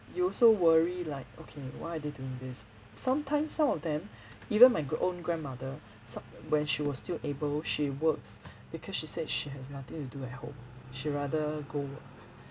you also worry like okay why are they doing this some times some of them even my own grandmother some when she was still able she works because she said she has nothing to do at home she rather go work